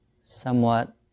somewhat